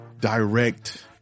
direct